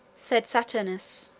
said saturninus,